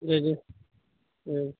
जी जी हँ